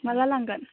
माब्ला लांगोन